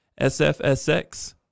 SFSX